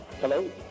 Hello